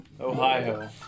Ohio